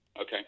Okay